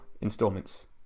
installments